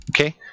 okay